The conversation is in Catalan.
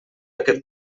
aquest